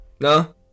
No